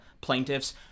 plaintiffs